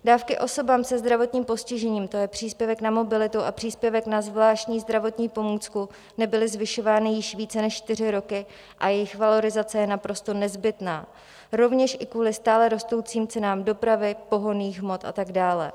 Dávky osobám se zdravotním postižením, to je příspěvek na mobilitu a příspěvek na zvláštní zdravotní pomůcku, nebyly zvyšovány již více než čtyři roky a jejich valorizace je naprosto nezbytná rovněž i kvůli stále rostoucím cenám dopravy, pohonných hmot a tak dále.